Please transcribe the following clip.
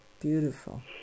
beautiful